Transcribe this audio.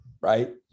right